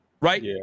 right